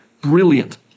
brilliant